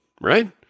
right